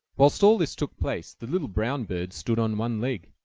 whilst all this took place the little brown bird stood on one leg,